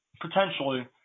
Potentially